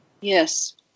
Yes